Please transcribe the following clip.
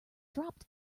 dropped